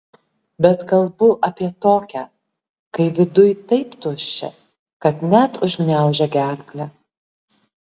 bet kalbu apie tokią kai viduj taip tuščia kad net užgniaužia gerklę